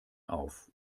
auf